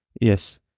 Yes